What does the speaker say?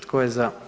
Tko je za?